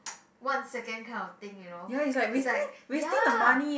what second kind of thing you know is like ya